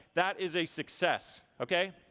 that is a success, okay.